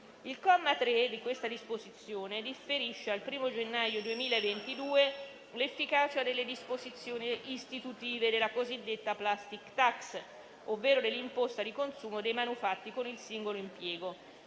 Il comma 3 di questa disposizione differisce al 1° gennaio 2022 l'efficacia delle disposizioni istitutive della cosiddetta *plastic tax*, ovvero dell'imposta di consumo dei manufatti con singolo impiego.